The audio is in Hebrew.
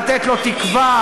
לתת לו תקווה,